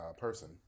person